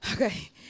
Okay